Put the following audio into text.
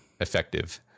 Effective